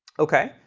ok,